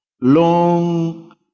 long